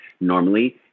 Normally